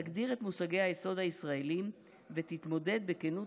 תגדיר את מושגי היסוד הישראליים ותתמודד בכנות